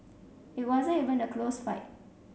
it wasn't even a close fight